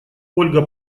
ольга